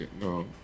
no